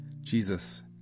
Jesus